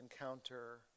encounter